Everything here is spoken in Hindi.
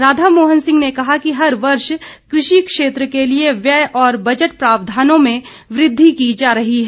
राधा मोहन सिंह ने कहा कि हर वर्ष कृषि क्षेत्र के लिए व्यय और बजट प्रावधानों में वृद्धि की जा रही है